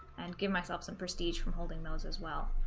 and give myself some prestige from holding those as well